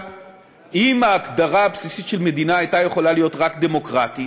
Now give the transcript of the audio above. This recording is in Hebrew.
אם ההגדרה הבסיסית של מדינה הייתה יכולה להיות רק "דמוקרטית",